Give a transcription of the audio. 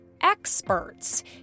experts